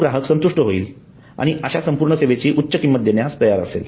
तो ग्राहक संतुष्ट होईल आणि अशा संपूर्ण सेवेची उच्च किंमत देण्यास तयार असेल